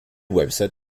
website